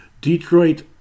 Detroit